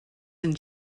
and